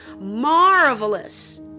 Marvelous